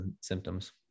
symptoms